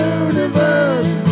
universe